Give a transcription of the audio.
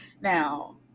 now